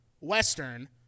Western